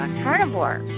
carnivore